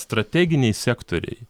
strateginiai sektoriai